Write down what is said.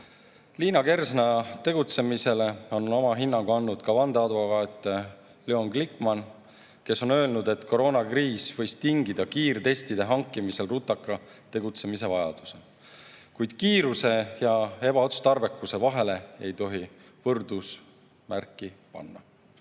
stiil. Liina Kersna tegutsemisele on oma hinnangu andnud ka vandeadvokaat Leon Glikman, kes on öelnud, et koroonakriis võis tingida kiirtestide hankimisel rutaka tegutsemise vajaduse, kuid kiiruse ja ebaotstarbekuse vahele ei tohi võrdusmärki panna.